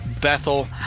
Bethel